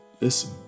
listen